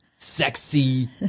sexy